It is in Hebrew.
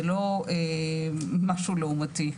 זה לא משהו לעומתי.